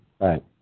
Right